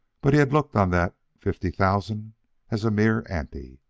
but he had looked on that fifty thousand as a mere ante.